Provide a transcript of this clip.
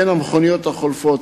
בין המכוניות החולפות.